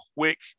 quick